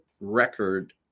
record